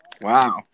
Wow